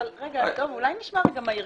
רגע דב, אולי נשמע מהארגונים?